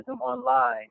online